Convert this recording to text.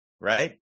right